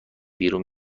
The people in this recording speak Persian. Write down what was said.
بیرون